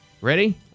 Ready